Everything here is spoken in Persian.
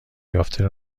یافته